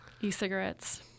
e-cigarettes